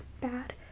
bad